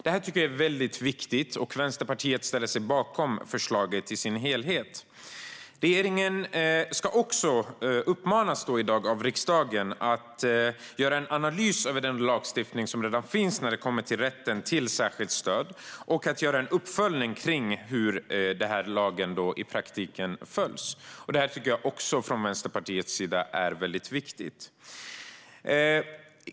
Detta tycker jag är viktigt, och Vänsterpartiet ställer sig bakom förslaget i dess helhet. Regeringen uppmanas i dag av riksdagen att göra en analys över den lagstiftning som redan finns när det kommer till rätten till särskilt stöd och att göra en uppföljning av hur lagen i praktiken följs. Det tycker också Vänsterpartiet är viktigt.